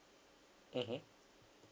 mmhmm